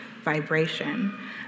vibration